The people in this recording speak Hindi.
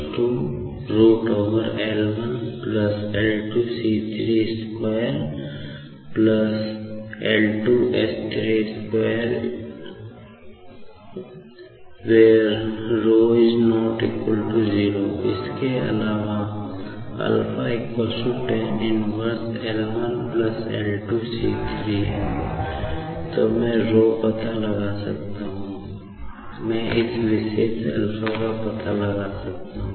तो मैंρ पता लगा सकता हूँ मैं इस विशेष α का पता लगा सकता हूं